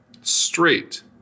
straight